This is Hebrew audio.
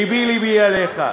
לבי-לבי עליך.